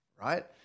right